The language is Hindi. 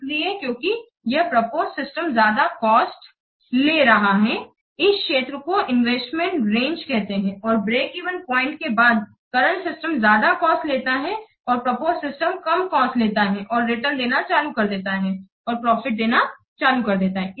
इसलिए क्योंकि यहां प्रपोज सिस्टम ज्यादा कॉस्ट ले रहा है इस क्षेत्र को इन्वेस्टमेंट रेंज कहते हैं और ब्रेक इवन प्वाइंट के बाद करंट सिस्टम ज्यादा कॉस्ट लेता है और प्रपोज सिस्टम कम कॉस्ट लेता है और रिटर्नदेना चालू कर देता है और प्रॉफिट देना चालू कर देता है